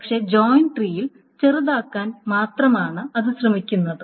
പക്ഷേ ജോയിൻ ട്രീയിൽ ചെറുതാക്കാൻ മാത്രമാണ് അത് ശ്രമിക്കുന്നത്